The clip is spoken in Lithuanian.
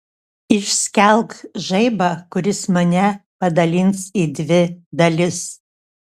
išskelk žaibą kuris mane padalins į dvi dalis